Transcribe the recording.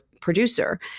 producer